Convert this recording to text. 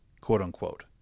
quote-unquote